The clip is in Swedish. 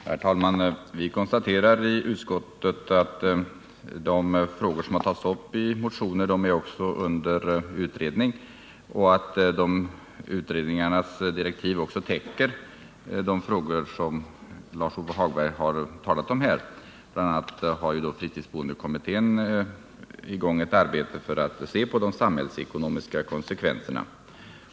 Herr talman! Vi konstaterar i utskottsbetänkandet att de frågor som tagits upp i motionerna är under utredning. Utredningsdirektiven täcker också de frågor som Lars-Ove Hagberg talade om här. Bl. a. har ju fritidsboendekommittén ett arbete i gång för att se på de samhällsekonomiska konsekvenserna.